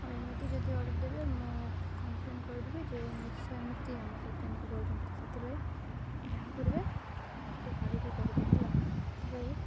ଆଉ ଏମିତି ଯଦି ଅର୍ଡ଼ର ଦେବେ ମୁଁ କମ୍ପ୍ଲେନ୍ କରିଦେବି ଯେ ମିଶୋ ଏମିତି ଆମ ସହିତ ଏମିତି କରୁଛନ୍ତି ସେଥିପାଇଁ ଯାହା କରିବେ ଟିକେ ଭାବିକି କରିବେ ହେଲା ସେଥିପାଇଁ